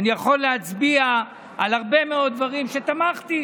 אני יכול להצביע על הרבה מאוד דברים שתמכתי.